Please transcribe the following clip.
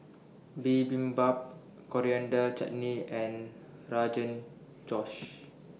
Bibimbap Coriander Chutney and Rogan Josh